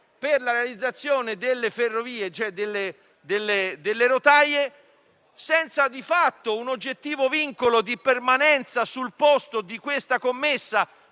per la realizzazione delle rotaie, senza di fatto un oggettivo vincolo di permanenza sul posto di questa commessa,